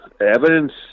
evidence